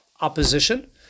opposition